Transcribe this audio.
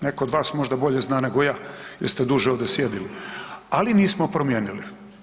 Netko od vas možda bolje zna nego ja jer ste duže ovdje sjedili, ali nismo promijenili.